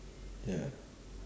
ya